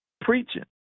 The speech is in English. Preaching